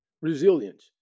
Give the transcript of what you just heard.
resilience